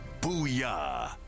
booyah